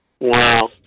Wow